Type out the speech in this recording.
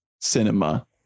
cinema